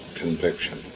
conviction